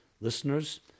listeners